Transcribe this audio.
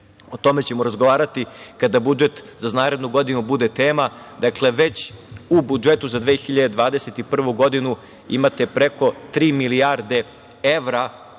o tome ćemo razgovarati kada budžet za narednu godinu bude tema. Dakle, već u budžetu za 2021. godinu imate preko tri milijarde evra